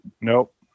Nope